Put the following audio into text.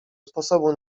sposobu